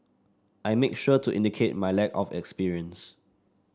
I make sure to indicate my lack of experience